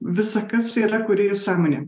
visa kas yra kūrėjo sąmonė